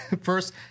first